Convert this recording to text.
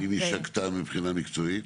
אם היא שגתה מבחינה מקצועית?